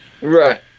right